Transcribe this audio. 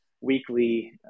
weekly